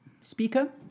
speaker